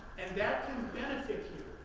and that can benefit you,